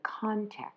context